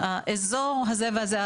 האזור הזה והזה,